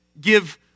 give